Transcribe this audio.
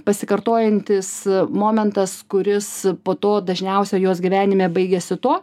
pasikartojantis momentas kuris po to dažniausia jos gyvenime baigiasi tuo